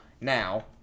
now